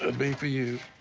ah be for you.